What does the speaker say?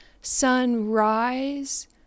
sunrise